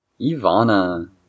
Ivana